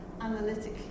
analytically